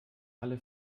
alle